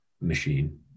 machine